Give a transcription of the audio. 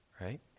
right